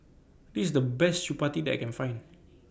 This IS The Best Chapati that I Can Find